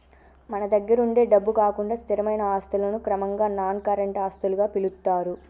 మన దగ్గరుండే డబ్బు కాకుండా స్థిరమైన ఆస్తులను క్రమంగా నాన్ కరెంట్ ఆస్తులుగా పిలుత్తారు